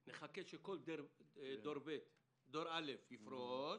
נחכה שכל דור א' יפרוש,